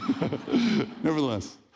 Nevertheless